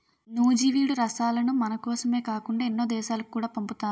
నూజివీడు రసాలను మనకోసమే కాకుండా ఎన్నో దేశాలకు కూడా పంపుతారు